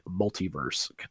multiverse